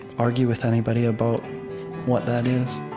argue with anybody about what that is.